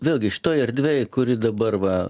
vėlgi šitoj erdvėje kuri dabar va